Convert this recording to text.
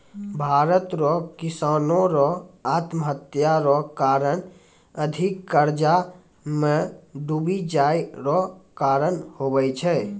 भारत रो किसानो रो आत्महत्या रो कारण अधिक कर्जा मे डुबी जाय रो कारण हुवै छै